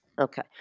Okay